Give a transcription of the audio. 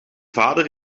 vader